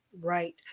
Right